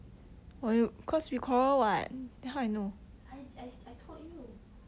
I I I told you